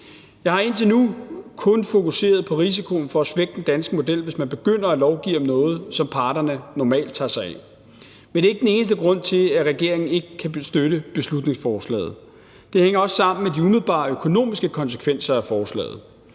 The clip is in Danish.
Jeg har indtil nu kun fokuseret på risikoen for at svække den danske model, hvis man begynder at lovgive om noget, som parterne normalt tager sig af. Men det er ikke den eneste grund til, at regeringen ikke kan støtte beslutningsforslaget. Det hænger også sammen med de umiddelbare økonomiske konsekvenser af forslaget.